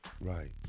Right